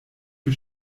für